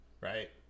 right